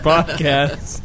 Podcast